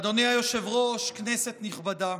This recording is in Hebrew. אדוני היושב-ראש, כנסת נכבדה,